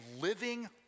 living